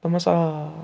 دوٚپمَس آ